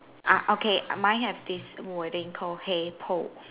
uh okay mine have this wording call hey Paul